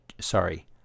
sorry